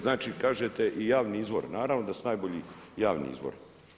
Znači kažete i javni izvor, naravno da su najbolji javni izvori.